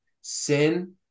sin